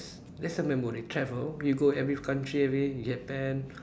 that's a memory travel you go every country every Japan